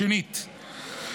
שנית,